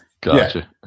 Gotcha